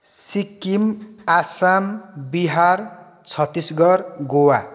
Sikkim Assam Bihar Chhattisgarh Goa